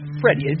Freddie